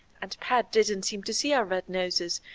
and pet didn't seem to see our red noses,